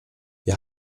wir